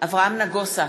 אברהם נגוסה,